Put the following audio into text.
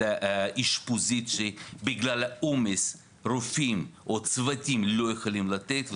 האשפוזית שבגלל העומס רופאים או צוותים לא יכולים לתת.